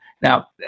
now